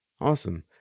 Awesome